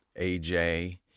AJ